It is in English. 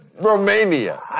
Romania